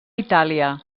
itàlia